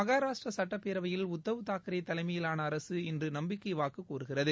மகாராஷ்டிரா சுட்டப்பேரவையில் உத்தவ் தாக்கரே தலைமையிலான அரசு இன்று நம்பிக்கை வாக்கு கோருகிறது